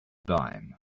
dime